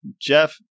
Jeff